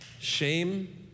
Shame